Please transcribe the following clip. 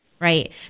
Right